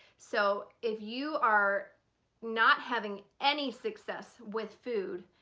so if you are not having any success with food,